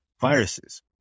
viruses